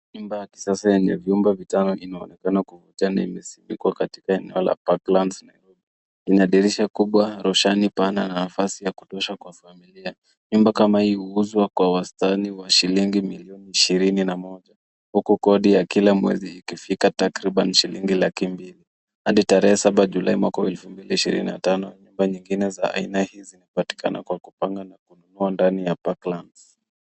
Nyumba ya kisasa yenye vyumba vitano inaonekana. Ina dirisha kubwa, roshani pana na nafasi ya kutosha kwa familia. Nyumba kama hii huuzwa kwa wastani wa shilingi milioni ishirini na moja huku kodi ya kila mwezi ikifika takriban shilingi laki mbili. Hadi tarehe saba Julai mwaka wa elfu mbili ishirini na tano, nyumba kama hizi hupatikana kwa kupanga na kununua ndani ya Parklands.